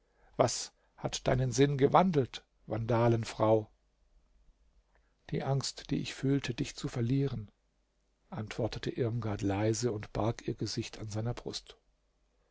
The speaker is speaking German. was hat deinen sinn gewandelt vandalenfrau die angst die ich fühlte dich zu verlieren antwortete irmgard leise und barg ihr gesicht an seiner brust